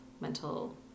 mental